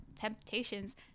temptations